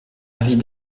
avis